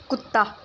ਕੁੱਤਾ